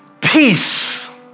peace